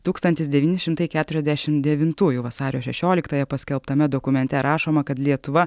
tūkstantis devyni šimtai keturiasdešimt devintųjų vasario šešioliktąją paskelbtame dokumente rašoma kad lietuva